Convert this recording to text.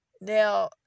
now